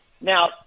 Now